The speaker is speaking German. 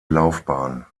laufbahn